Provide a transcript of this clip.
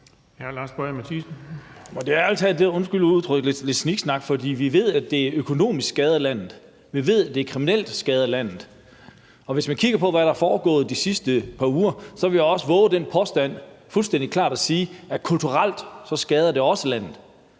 lidt sniksnak, for vi ved, at det økonomisk skader landet; vi ved, at det kriminelt skader landet. Og hvis vi kigger på, hvad der er foregået de sidste par uger, vil jeg også vove den påstand – det vil jeg sige fuldstændig klart – at kulturelt skader det også landet.